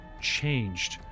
changed